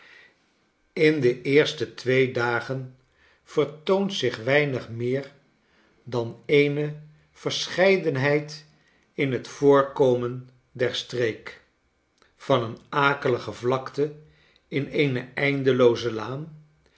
in de eerste twee dagen vertoont zich weinig meer dan eene verscheidenheid in het voorkomen der streek van een akelige vlakte in eene eindelooze laan